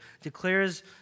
declares